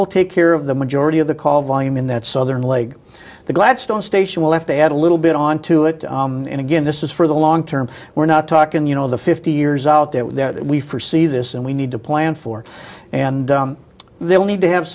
will take care of the majority of the call volume in that southern leg the gladstone station will have to add a little bit on to it and again this is for the long term we're not talking you know the fifty years out that we for see this and we need to plan for and they will need to have